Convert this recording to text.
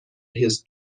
his